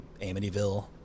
Amityville